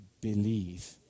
believe